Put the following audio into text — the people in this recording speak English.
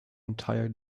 entire